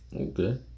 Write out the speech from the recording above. Okay